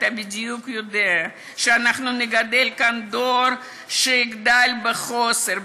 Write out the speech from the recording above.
אתה יודע בדיוק שאנחנו נגדל כאן דור שיגדל בחוסר,